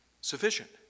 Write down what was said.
Sufficient